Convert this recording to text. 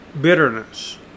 bitterness